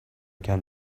can